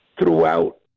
throughout